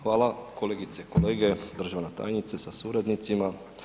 Hvala kolegice i kolege, državna tajnice sa suradnicima.